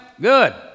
good